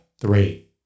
three